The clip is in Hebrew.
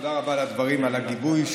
תודה רבה על הדברים ועל הגיבוי,